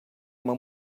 uma